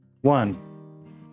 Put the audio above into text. one